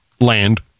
Land